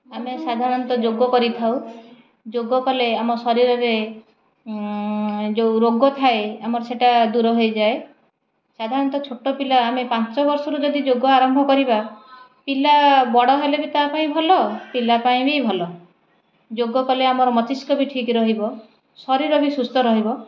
ଆମେ ସାଧାରଣତଃ ଯୋଗ କରିଥାଉ ଯୋଗ କଲେ ଆମ ଶରୀରରେ ଯୋଉ ରୋଗ ଥାଏ ଆମର ସେଟା ଦୂର ହେଇଯାଏ ସାଧାରଣତଃ ଛୋଟ ପିଲା ଆମେ ପାଞ୍ଚ ବର୍ଷରୁ ଯଦି ଯୋଗ ଆରମ୍ଭ କରିବା ପିଲା ବଡ଼ ହେଲେ ବି ତା ପାଇଁ ଭଲ ପିଲା ପାଇଁ ବି ଭଲ ଯୋଗ କଲେ ଆମର ମସ୍ତିଷ୍କ ବି ଠିକ୍ ରହିବ ଶରୀର ବି ସୁସ୍ଥ ରହିବ